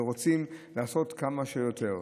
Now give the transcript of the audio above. ורוצים לעשות כמה שיותר.